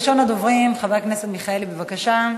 ראשון הדוברים, חבר הכנסת מיכאלי, בבקשה.